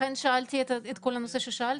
לכן שאלתי את כל הנושא ששאלתי,